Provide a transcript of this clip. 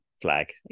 flag